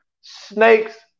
Snakes